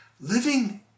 Living